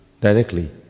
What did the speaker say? directly